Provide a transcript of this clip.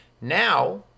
Now